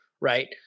right